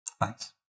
thanks